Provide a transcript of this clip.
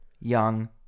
Young